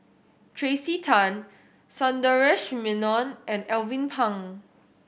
Tracey Tan Sundaresh Menon and Alvin Pang